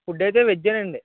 food అయితే వెజ్జేనండి